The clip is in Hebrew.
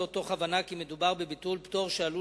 זאת תוך הבנה כי מדובר בביטול פטור שעלול